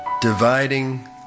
dividing